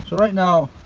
so right now